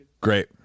Great